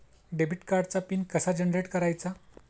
Debit कार्डचा pin कसा generate करायचा?